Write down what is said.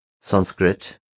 Sanskrit